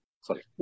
Sorry